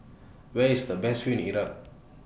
Where IS The Best View in Iraq